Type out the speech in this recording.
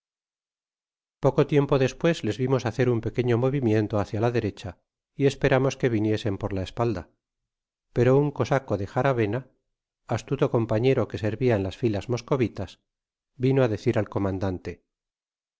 poco tiempo despues les vimos hacer un pequeño movimiento hácia la derecha y esperamos que viniesen por la espalda pero un cosaco de jarawena astuto compañero que servia en las filas moscovitas vino á decir j al comandante